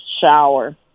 shower